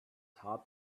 heart